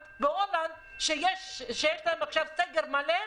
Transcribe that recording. בהולנד, שבה יש עכשיו סגר מלא,